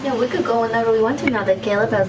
you know we could go whenever we want to, now that caleb